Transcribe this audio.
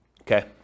Okay